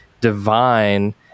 divine